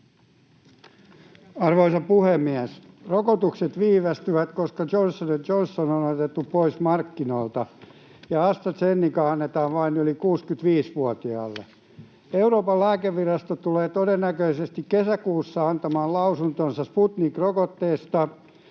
Arvoisa puhemies! Rokotukset viivästyvät, koska Johnson & Johnson on otettu pois markkinoilta ja AstraZenecaa annetaan vain yli 65-vuotiaalle. Euroopan lääkevirasto tulee todennäköisesti kesäkuussa antamaan lausuntonsa Sputnik-rokotteesta.